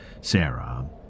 Sarah